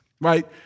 right